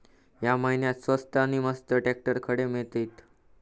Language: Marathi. या महिन्याक स्वस्त नी मस्त ट्रॅक्टर खडे मिळतीत?